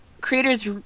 creators